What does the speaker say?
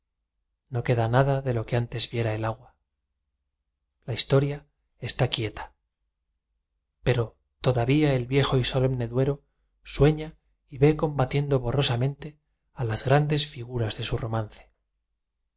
no queda nada de lo que antes viera el agua la historia está quieta pero todavía el viejo y solemne duero sueña y vé combatiendo borrosamente a las grandes figuras de su romance